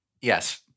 Yes